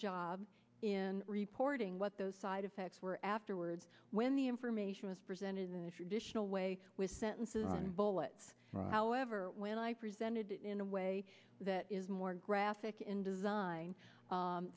job in reporting what those side effects were afterwards when the information was presented in the traditional way with sentences bullets however when i presented it in a way that is more graphic in design